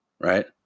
Right